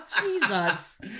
Jesus